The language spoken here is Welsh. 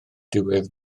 diwedd